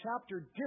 chapter